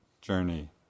journey